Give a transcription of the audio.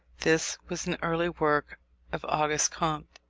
this was an early work of auguste comte,